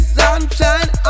sunshine